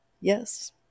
Yes